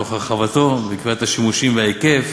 תוך הרחבתו וקביעת השימושים והיקף